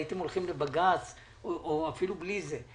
הייתם הולכים לבג"ץ או אפילו בלי זה.